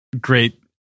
great